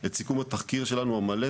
את סיכום התחקיר המלא שלנו,